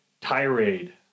tirade